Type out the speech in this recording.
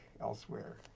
elsewhere